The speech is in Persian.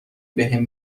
بهم